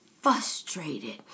frustrated